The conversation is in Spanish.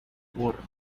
burro